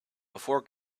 before